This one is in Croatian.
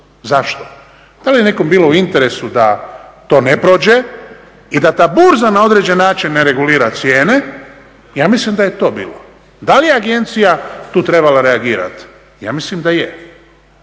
Zašto? Da li je nekom bilo u interesu da to ne prođe i da ta burza na određeni način ne regulira cijene? Ja mislim da je to bilo. Da li je agencija tu trebala reagirati? Ja mislim da je.